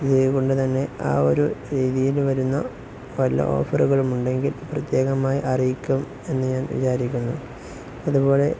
അതുകൊണ്ട് തന്നെ ആ ഒരു രീതിയില് വരുന്ന വല്ല ഓഫറുകളുമുണ്ടെങ്കിൽ പ്രത്യേകമായി അറിയിക്കുമെന്ന് ഞാൻ വിചാരിക്കുന്നു അതുപോലെ